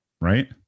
Right